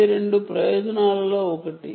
ఇది 2 ప్రయోజనాలలో ఒకటి